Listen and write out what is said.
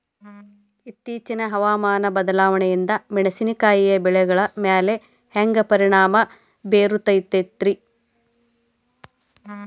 ಇತ್ತೇಚಿನ ಹವಾಮಾನ ಬದಲಾವಣೆಯಿಂದ ಮೆಣಸಿನಕಾಯಿಯ ಬೆಳೆಗಳ ಮ್ಯಾಲೆ ಹ್ಯಾಂಗ ಪರಿಣಾಮ ಬೇರುತ್ತೈತರೇ?